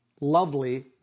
lovely